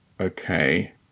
Okay